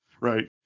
Right